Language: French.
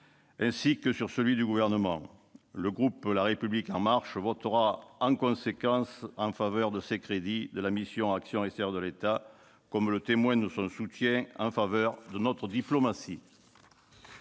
ainsi que sur celui du Gouvernement. Le groupe La République En Marche votera par conséquent en faveur des crédits de la mission « Action extérieure de l'État », pour témoigner de son soutien en faveur de notre diplomatie.